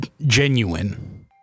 genuine